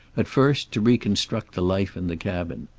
at first, to reconstruct the life in the cabin.